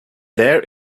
there